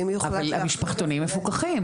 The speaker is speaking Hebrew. אבל המשפחתונים מפוקחים.